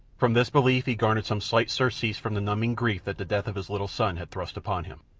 from this belief he garnered some slight surcease from the numbing grief that the death of his little son had thrust upon him.